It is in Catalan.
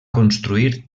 construir